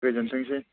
गोजोनथोंसै